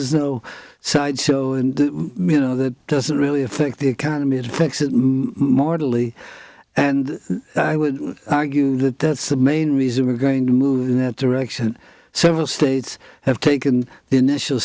is no sideshow and you know that doesn't really affect the economy affects it morally and i would argue that the main reason we're going to move in that direction several states have taken the initial